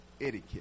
etiquette